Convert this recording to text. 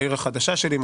העיר החדשה שלי,